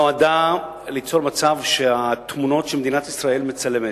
נועדה ליצור מצב שהתמונות שמדינת ישראל מצלמת,